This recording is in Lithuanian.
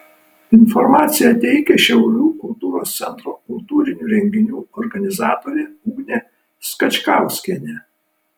informaciją teikia šiaulių kultūros centro kultūrinių renginių organizatorė ugnė skačkauskienė